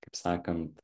kaip sakant